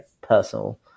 personal